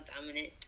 dominant